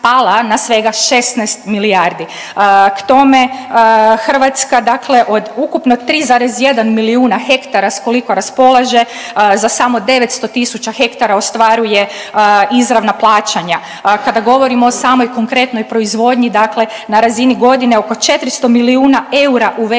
na svega 16 milijardi. K tome Hrvatska dakle od ukupno 3,1 milijuna hektara s koliko raspolaže za samo 900.000 hektara ostvaruje izravna plaćanja. Kada govorimo o samoj konkretnoj proizvodnji dakle na razini godine oko 400 milijuna eura uvezemo